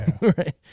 Right